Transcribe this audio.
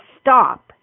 stop